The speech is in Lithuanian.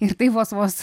ir tai vos vos